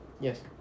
Yes